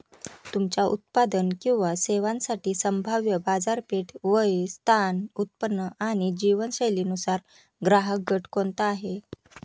तुमच्या उत्पादन किंवा सेवांसाठी संभाव्य बाजारपेठ, वय, स्थान, उत्पन्न आणि जीवनशैलीनुसार ग्राहकगट कोणता आहे?